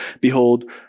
behold